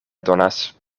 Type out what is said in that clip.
donas